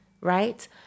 right